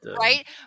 Right